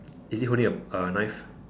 is he holding a a knife